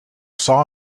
saw